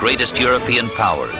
greatest european power